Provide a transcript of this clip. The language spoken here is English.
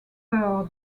per